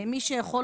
ומי שיכול